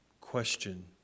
question